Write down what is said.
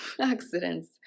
accidents